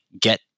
get